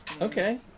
Okay